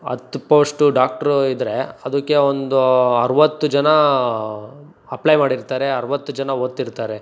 ಹತ್ತು post doctor ಇದ್ದರೆ ಅದಕ್ಕೆ ಒಂದು ಅರವತ್ತು ಜನ ಅಪ್ಲೈ ಮಾಡಿರ್ತಾರೆ ಅರವತ್ತು ಜನ ಓದ್ತಿರ್ತಾರೆ